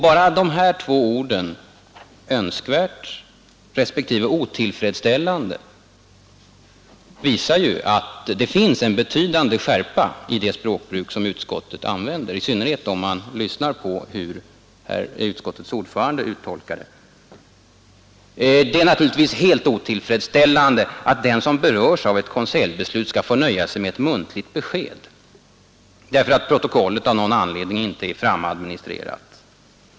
Bara de här två orden ”önskvärt” och ”otillfredsställande” visar ju att det finns en betydande skärpa i det språkbruk utskottet använder, i synnerhet om man lyssnar på hur utskottets ordförande uttolkar det. Det är naturligtvis helt otillfredsställande att den som berörs av ett konseljbeslut skall få nöja sig med ett muntligt besked därför att protokollet av någon anledning inte är framadministrerat.